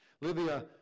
Livia